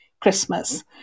Christmas